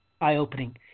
eye-opening